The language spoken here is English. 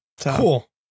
Cool